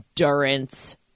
endurance